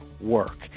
work